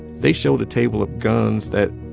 they showed a table of guns that